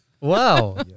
wow